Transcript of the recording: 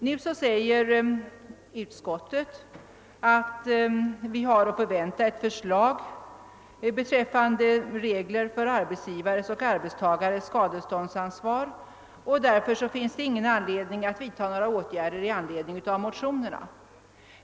Nu säger utskottet att vi kan förvänta ett förslag beträffande regler för arbetsgivares och arbetstagares skadeståndsansvar och att det därför inte finns någon anledning att vidta några åtgärder i anledning av motionerna.